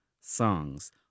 songs